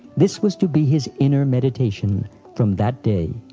this was to be his inner meditation from that day.